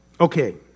Okay